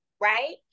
right